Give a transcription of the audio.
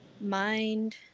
mind